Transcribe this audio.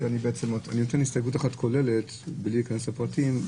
להציג הסתייגות אחת כוללת בלי להיכנס לפרטים.